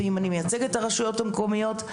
ואם אני מייצגת את הרשויות המקומיות,